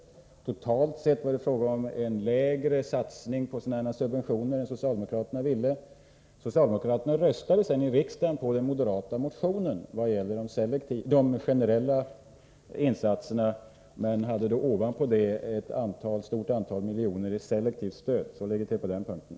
Totalt sett var det fråga om en lägre satsning på sådana subventioner än socialdemokraterna ville göra. Socialdemokraterna röstade sedan i riksdagen på den moderata motionen vad gällde de generella insatserna men hade ovanpå det ett stort antal miljoner i selektivt stöd. — Så ligger det till på den punkten.